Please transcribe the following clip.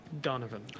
Donovan